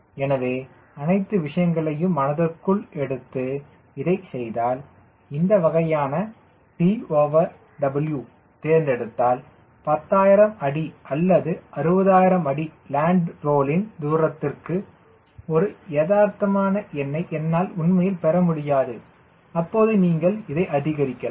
எனவே அனைத்து விஷயங்களையும் மனதிற்குள் எடுத்து இதைச் செய்தால் இந்த வகையான TW தேர்ந்தெடுத்தால் 1000 அடி அல்லது 6000 அடி லேண்ட் ரோலின் தூரத்திற்கு ஒரு யதார்த்தமான எண்ணை என்னால் உண்மையில் பெறமுடியாது அப்போது நீங்கள் இதை அதிகரிக்கலாம்